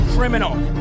Criminal